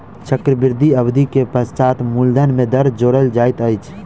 चक्रवृद्धि अवधि के पश्चात मूलधन में दर जोड़ल जाइत अछि